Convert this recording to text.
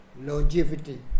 longevity